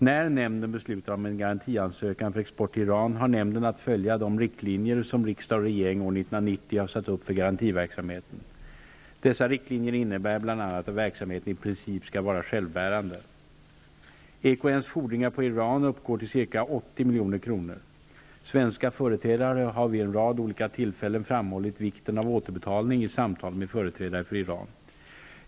När nämnden beslutar om en ansökan om garanti för export till Iran har nämnden att följa de riktlinjer som riksdag och regering år 1990 har satt upp för garantiverksamheten. Dessa riktlinjer innebär bl.a. att verksamheten i princip skall vara självbärande. EKN:s fordringar på Iran uppgår till ca 80 milj.kr. Svenska företrädare har vid en rad tillfällen framhållit vikten av återbetalning i samtal med företrä dare för Iran.